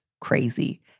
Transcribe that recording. crazy